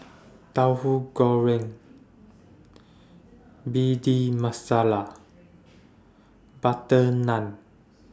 Tahu Goreng Bhindi Masala Butter Naan